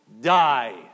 die